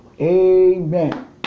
Amen